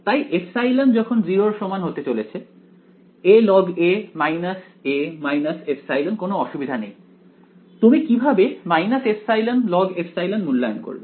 তাই ε → 0 alog a ε কোনও অসুবিধা নেই তুমি কিভাবে εlogε মূল্যায়ন করবে